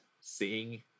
seeing